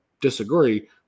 disagree